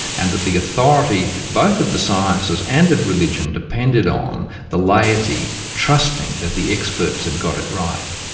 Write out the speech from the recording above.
and that the authority, both of the sciences and of religion, depended on the laity trusting that the experts had got it right.